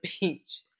beach